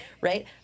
Right